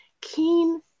keen